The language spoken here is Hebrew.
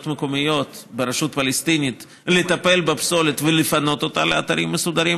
מקומיות ברשות הפלסטינית לטפל בפסולת ולפנות אותה לאתרים מסודרים,